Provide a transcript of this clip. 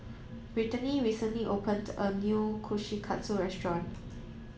Britany recently opened a new Kushikatsu restaurant